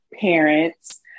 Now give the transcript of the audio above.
parents